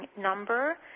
number